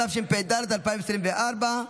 התשפ"ד 2024,